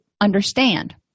understand